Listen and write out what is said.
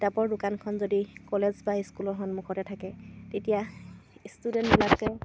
কিতাপৰ দোকানখন যদি কলেজ বা স্কুলৰ সন্মুখতে থাকে তেতিয়া ষ্টুডেণ্টবিলাকে